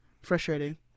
Frustrating